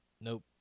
Nope